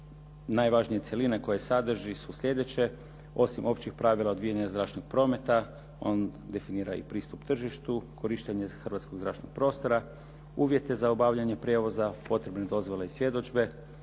najvažnije cjeline koje sadrži su sljedeće. Osim općih pravila odvijanja zračnog prometa, on definira i pristup tržištu, korištenje hrvatskog zračnog prostora, uvjete za obavljanje prijevoza, potrebne dozvole i svjedodžbe,